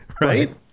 Right